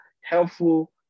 helpful